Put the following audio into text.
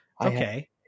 Okay